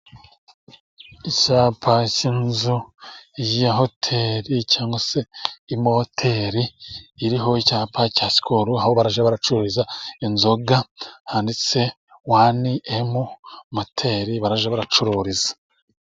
Icyapa cy'inzu ya hoteri cyangwa se imoteri iriho icyapa cya sikoru aho bacururiza inzoga handitse wane emu aho bajya bacururiza.